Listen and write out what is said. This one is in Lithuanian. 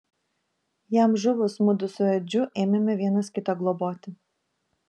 jam žuvus mudu su edžiu ėmėme vienas kitą globoti